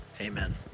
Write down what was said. amen